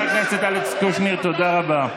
חבר הכנסת אלכס קושניר, תודה רבה.